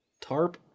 tarp